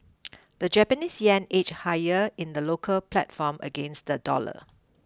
the Japanese yen edged higher in the local platform against the dollar